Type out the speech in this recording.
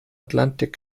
atlantik